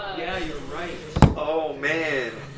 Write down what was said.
yeah you're right! oh man